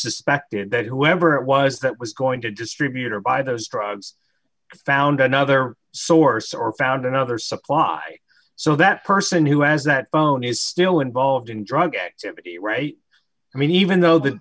suspected that whoever it was that was going to distribute or buy those drugs found another source or found another supply so that person who has that phone is still involved in drug activity right i mean even though th